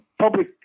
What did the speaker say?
public